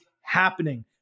happening